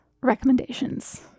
recommendations